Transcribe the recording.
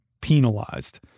penalized